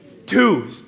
Two